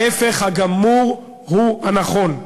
ההפך הגמור הוא הנכון.